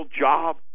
job